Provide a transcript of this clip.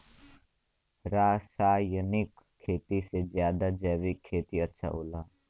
रासायनिक खेती से ज्यादा जैविक खेती अच्छा होला